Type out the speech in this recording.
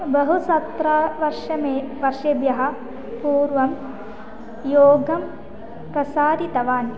बहु सत्रे वर्षेभ्यः वर्षेभ्यः पूर्वं योगं प्रसारितवान्